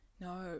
no